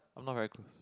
I'm not very close